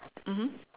mmhmm